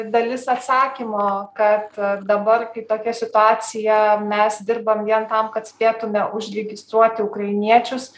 dalis atsakymo kad dabar kai tokia situacija mes dirbam vien tam kad spėtume užregistruoti ukrainiečius